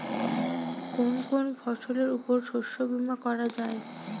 কোন কোন ফসলের উপর শস্য বীমা করা যায়?